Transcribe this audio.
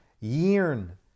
yearn